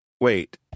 wait